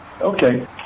Okay